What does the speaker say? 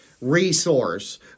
resource